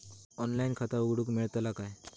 Online खाता उघडूक मेलतला काय?